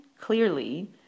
clearly